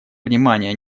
внимание